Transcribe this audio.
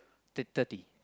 ten thirty